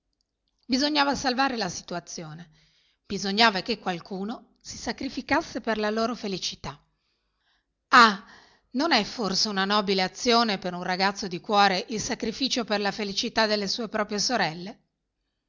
bisognava salvare la situazione bisognava che qualcuno si sacrificasse per la loro felicità ah non è forse una nobile azione per un ragazzo di cuore il sacrificio per la felicità delle sue proprie sorelle